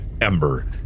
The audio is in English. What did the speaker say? Ember